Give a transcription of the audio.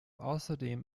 außerdem